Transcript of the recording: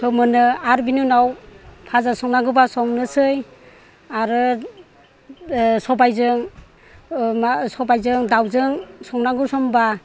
फोमोनो आरो बिनि उनाव भाजा संनांगौबा संनोसै आरो सबायजों मा सबायजों दाउजों संनांगौ समब्ला